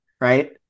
right